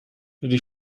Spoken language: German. die